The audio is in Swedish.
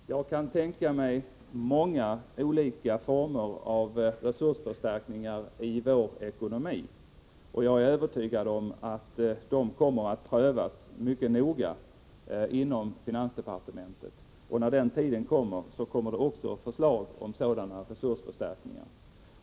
Herr talman! Jag kan i vår ekonomi tänka mig många olika former av resursförstärkningar, och jag är övertygad om att dessa kommer att prövas mycket noga inom finansdepartementet. När tiden är inne kommer det säkert också förslag om resursförstärkningar.